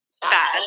bad